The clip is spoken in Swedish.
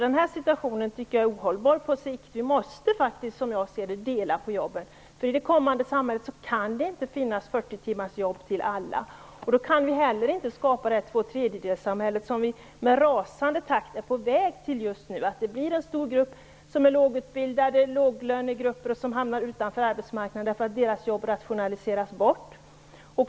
Den här situationen tycker jag är ohållbar på sikt. Vi måste faktiskt, som jag ser det, dela på jobben, för i det kommande samhället kan det inte finnas 40 timmars jobb till alla. Då kan vi inte skapa det tvåtredjedelssamhälle som vi i rasande takt är på väg mot just nu: En stor grupp människor som är lågutbildade och har låga löner hamnar utanför arbetsmarknaden därför att deras jobb rationaliseras bort.